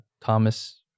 Thomas